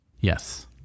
Yes